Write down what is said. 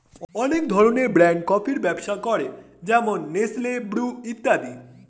অনেক ধরনের ব্র্যান্ড কফির ব্যবসা করে যেমন নেসলে, ব্রু ইত্যাদি